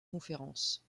conférence